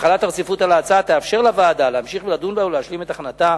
החלת הרציפות על ההצעה תאפשר לוועדה להמשיך ולדון בה ולהשלים את הכנתה